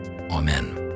Amen